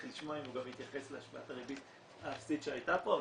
לשמוע אם הוא גם התייחס להשפעת הריבית האפסית שהייתה פה,